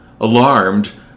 alarmed